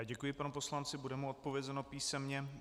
Děkuji panu poslanci, bude mu odpovězeno písemně.